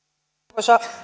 arvoisa